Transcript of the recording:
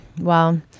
Well-